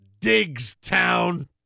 Digstown